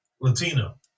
Latino